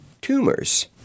tumors